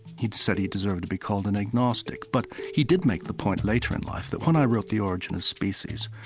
he'd said he deserved to be called an agnostic. but he did make the point later in life that, when i wrote the origin of species,